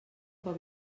pot